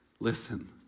Listen